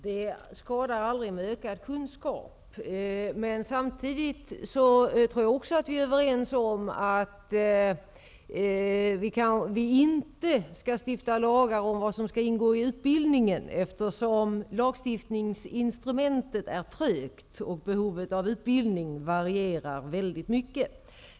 Herr talman! Det skadar aldrig med ökad kunskap. Samtidigt tror jag emellertid att vi är överens om att det om vad som skall ingå i viss utbildning inte skall stiftas, eftersom instrumentet lagstiftning är trögt och behovet av utbildning varierar mycket.